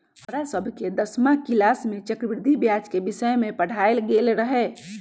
हमरा सभके दसमा किलास में चक्रवृद्धि ब्याज के विषय में पढ़ायल गेल रहै